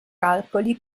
calcoli